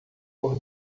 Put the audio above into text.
por